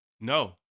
No